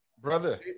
Brother